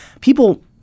people